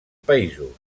països